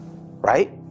right